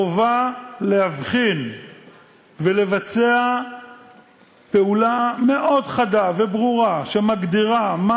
מהחובה להבחין ולבצע פעולה מאוד חדה וברורה שמגדירה מה